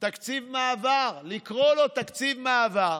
תקציב מעבר, לקרוא לו תקציב מעבר,